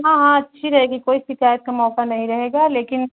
ہاں ہاں اچھی رہے گی کوئی شکایت کا موقع نہیں رہے گا لیکن